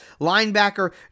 linebacker